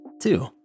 two